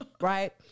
right